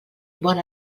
bon